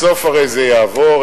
בסוף הרי זה יעבור,